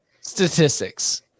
statistics